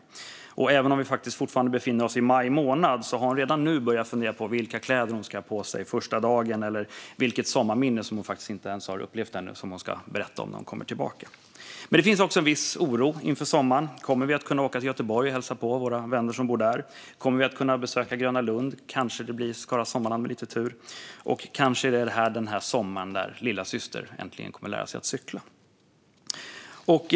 Trots att vi fortfarande befinner oss i maj månad har hon redan nu börjat fundera på vilka kläder hon ska ha på sig första dagen och vilket sommarminne som hon faktiskt inte ens har upplevt än som hon ska berätta om när hon kommer tillbaka. Men det finns också en viss oro inför sommaren. Kommer vi att kunna åka till Göteborg och hälsa på våra vänner som bor där? Kommer vi att kunna besöka Gröna Lund? Kanske blir det, med lite tur, Skara Sommarland? Och är det här kanske sommaren när lillasyster äntligen kommer att lära sig att cykla?